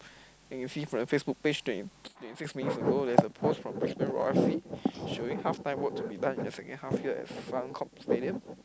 I can see from your Facebook page twenty twenty six minutes ago there's a post Brisbane-Roar F_C showing halftime work to be done in the second half at Suncorp-Stadium